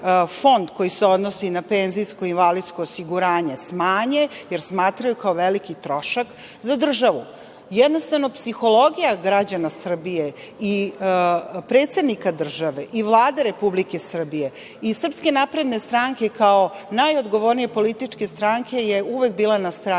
fond koji se odnosi na penzijsko i invalidsko osiguranje smanje, jer smatraju kao veliki trošak za državu. Jednostavno, psihologija građana Srbije i predsednika države i Vlade Republike Srbije i SNS, kao najodgovornije političke stranke je uvek bila na strani